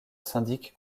syndic